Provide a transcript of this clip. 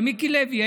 למיקי לוי,